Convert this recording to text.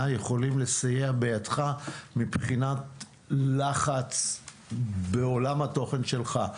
יכולים לסייע בידך מבחינת לחץ בעולם התוכן שלך.